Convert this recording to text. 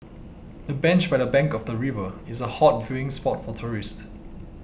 the bench by the bank of the river is a hot viewing spot for tourists